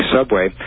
subway